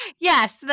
Yes